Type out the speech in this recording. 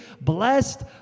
blessed